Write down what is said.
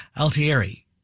Altieri